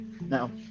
Now